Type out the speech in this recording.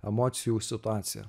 emocijų situacija